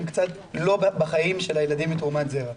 הם קצת לא בחיים של ילדים מתרומת זרע.